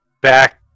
back